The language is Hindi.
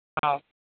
हाँ